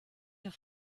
auf